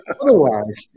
otherwise